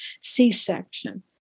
C-section